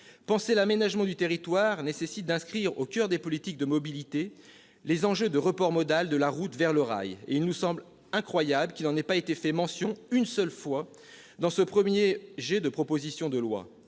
Penser l'aménagement du territoire nécessite d'inscrire au coeur des politiques de mobilité les enjeux de report modal de la route vers le rail, et il nous semble incroyable qu'il n'en ait pas été fait mention une seule fois dans ce premier jet de proposition de loi.